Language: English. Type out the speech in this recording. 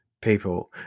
people